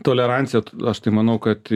tolerancija aš tai manau kad